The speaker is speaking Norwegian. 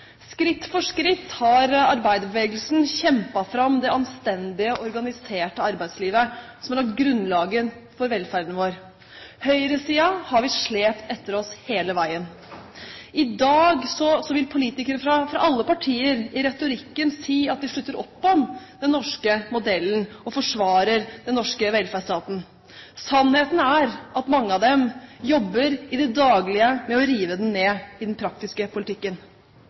Skritt for skritt har arbeiderbevegelsen kjempet fram det anstendige og organiserte arbeidslivet som la grunnlaget for velferden vår. Høyresiden har vi slept etter oss hele veien. I dag vil politikere fra alle partier i retorikken si at de slutter opp om den norske modellen, og forsvare den norske velferdsstaten. Sannheten er at mange av dem jobber i det daglige med å rive den ned i den praktiske politikken.